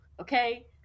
Okay